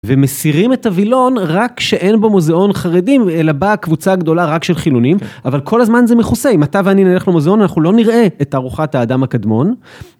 ומסירים את הווילון רק שאין בו מוזיאון חרדים, אלא באה קבוצה גדולה רק של חילונים, אבל כל הזמן זה מכוסה, אם אתה ואני נלך למוזיאון אנחנו לא נראה את ארוחת האדם הקדמון.